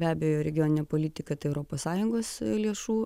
be abejo regioninė politika tai europos sąjungos lėšų